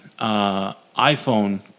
iPhone